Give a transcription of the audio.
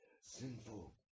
sinful